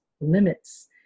limits